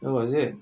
oh is it